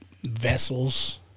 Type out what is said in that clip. vessels